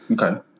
Okay